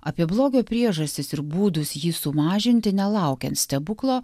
apie blogio priežastis ir būdus jį sumažinti nelaukiant stebuklo